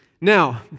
Now